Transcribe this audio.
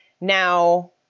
Now